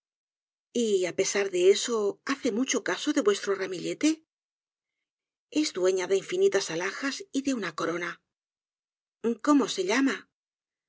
rica y á pesar de eso hace mucho caso de vuestro ramillete es dueña de infinitas alhajas y de una corona cómo se llama